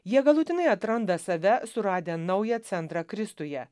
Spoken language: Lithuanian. jie galutinai atranda save suradę naują centrą kristuje